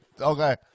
Okay